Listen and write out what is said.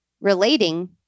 relating